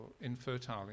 infertile